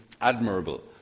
admirable